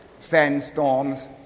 sandstorms